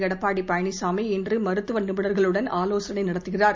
எடப்பாடி பழனிசாமி இன்று மருத்துவ நிபுணர்களுடன் ஆலோசனை நடத்துகிறார்